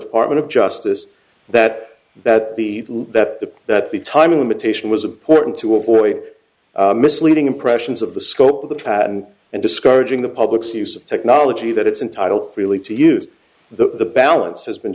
department of justice that that the that the that the timing limitation was a point to avoid misleading impressions of the scope of the patent and discouraging the public's use of technology that it's entitled really to use the balance has been